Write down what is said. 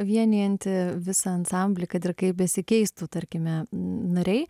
vienijanti visą ansamblį kad ir kaip besikeistų tarkime nariai